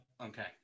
Okay